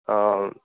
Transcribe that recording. అవున్